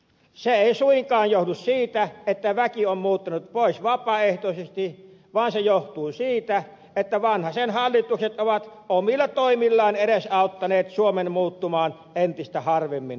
se ei suinkaan johdu siitä että väki on muuttanut pois vapaaehtoisesti vaan se johtuu siitä että vanhasen hallitukset ovat omilla toimillaan edesauttaneet suomea muuttumaan entistä harvemmin asutuksi